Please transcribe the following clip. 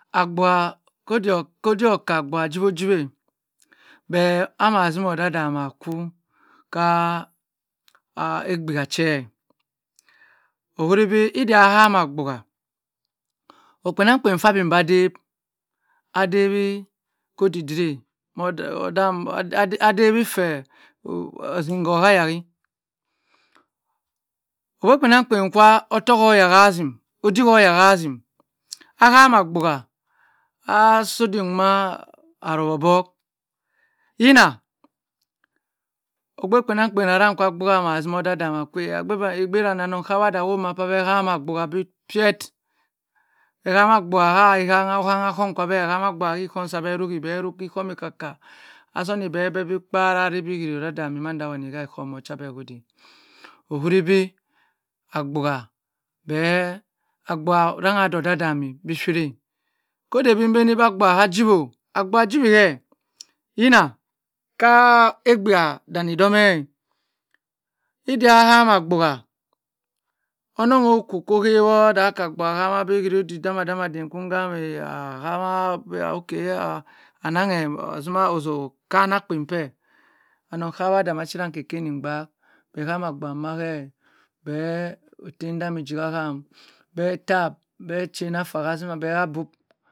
Abua kodik oka abua jiwo bh ama zimoh odadami akwu ka akpbia che ohwiri bi idda ahama abua othokpenang kpen ka mamba dayb adawi ko dirirh asim kh he yhahi, ogbe kpenang kpen kwa ottok ohyahazim odikoyha zim ahama abua sodik amaa arowabuk yina okbekpenangkpen arang ka abua azimi odadami akwa ogbr danny anong kawada awoma abeh hama abua tuet bhe hama abua ha rhangha ohangha ka ohum sabhe, ahama abua ka ihum sabe ruhi bh ruhi bh ruhi ikom oka ka azoni bh bi kpa aray bi odudami madawani mh ohumkodey ohun bi abua bhe, abua rang adhe odadami bishiray ko dey bi mbani bi abua ha jiwo abua aa jiwi hb yina ka akbia dia hama abua ononh okwu oko hawo dh aka abua ahama bi crodik dama damadem ki hama ahama bi ananhe ozima ozo kana akpen kwe anong kawadh onnang kpien kpien kbak bh hama abua wa mh bh odam dami jew ka aham bhe tap bh chain ha buk